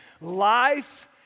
life